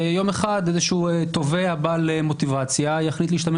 ויום אחד איזשהו תובע בעל מוטיבציה יחליט להשתמש